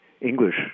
English